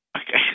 Okay